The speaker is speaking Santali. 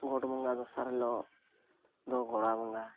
ᱜᱚᱴ ᱵᱚᱸᱜᱟ ᱫᱚᱥᱟᱨ ᱦᱤᱞᱳᱜ ᱫᱚ ᱜᱳᱲᱟ ᱵᱚᱸᱜᱟ